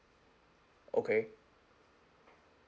okay